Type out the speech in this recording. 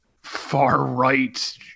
far-right